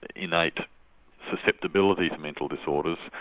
innate susceptibility to mental disorders.